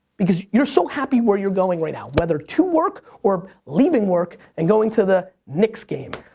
because you're so happy where you're going right now, whether to work, or leaving work, and going to the knicks game.